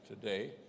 today